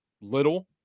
little